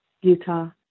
Utah